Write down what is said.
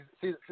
see